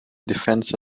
defence